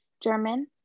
German